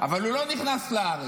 אבל הוא לא נכנס לארץ.